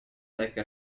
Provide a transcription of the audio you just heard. like